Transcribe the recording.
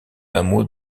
hameau